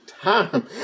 time